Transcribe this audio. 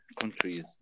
countries